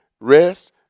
rest